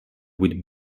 with